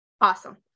Awesome